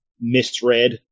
misread